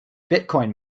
bitcoin